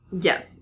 yes